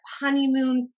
honeymoon